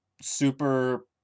Super